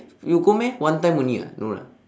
you go meh one time only [what] no lah